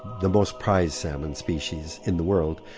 the most prized salmon species in the world,